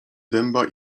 dęba